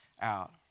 out